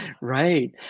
Right